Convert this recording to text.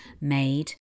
Made